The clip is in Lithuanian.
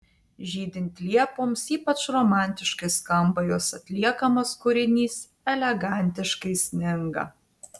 žydint liepoms ypač romantiškai skamba jos atliekamas kūrinys elegantiškai sninga